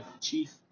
Chief